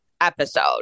episode